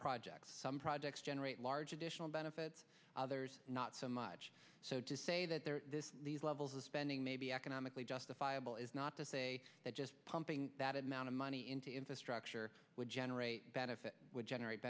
projects generate large additional benefits others not so much so to say that these levels of spending may be economically justifiable is not to say that just pumping that amount of money into infrastructure would generate benefit would generate